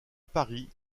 paris